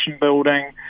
building